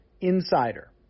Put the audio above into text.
insider